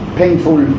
painful